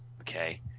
okay